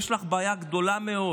יש לך בעיה גדולה מאוד.